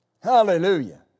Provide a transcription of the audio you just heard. Hallelujah